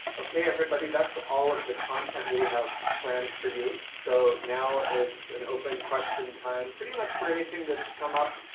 ok everybody, that's all of the content we have planned for you. so now it's an open question time, pretty much for anything that's come up,